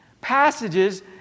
passages